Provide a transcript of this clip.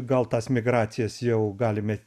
gal tas migracijas jau galime